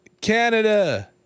Canada